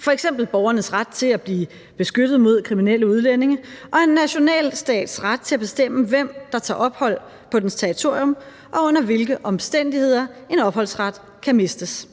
f.eks. borgernes ret til at blive beskyttet mod kriminelle udlændinge og en nationalstats ret til at bestemme, hvem der tager ophold på dens territorium, og under hvilke omstændigheder en opholdsret kan mistes.